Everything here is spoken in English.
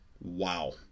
Wow